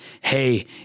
Hey